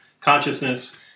consciousness